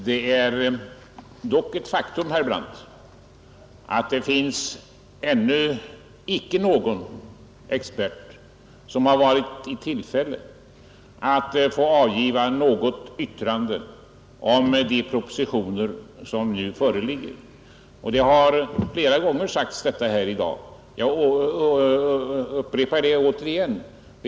Herr talman! Det är dock ett faktum, herr Brandt, att det ännu icke finns någon expert som har varit i tillfälle att avgiva något yttrande om de propositioner som nu föreligger. Detta har flera gånger sagts här i dag, och jag upprepar det återigen.